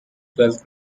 twelfth